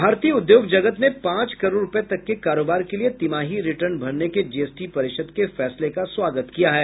भारतीय उद्योग जगत ने पांच करोड़ रुपये तक के कारोबार के लिए तिमाही रिटर्न भरने के जीएसटी परिषद के फैसले का स्वागत किया है